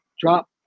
drop